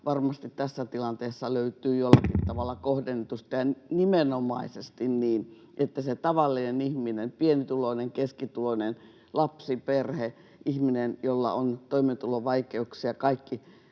varmasti tässä tilanteessa löytyy jollakin tavalla kohdennetusti ja nimenomaisesti niin, että se tavallinen ihminen, pienituloinen, keskituloinen, lapsiperhe, ihminen, jolla on toimeentulovaikeuksia, kaikki